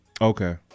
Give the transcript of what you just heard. Okay